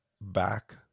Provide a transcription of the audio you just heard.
back